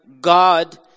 God